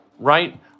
right